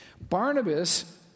Barnabas